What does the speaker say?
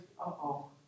Uh-oh